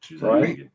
right